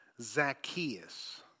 Zacchaeus